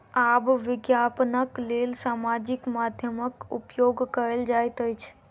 आब विज्ञापनक लेल सामाजिक माध्यमक उपयोग कयल जाइत अछि